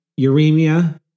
uremia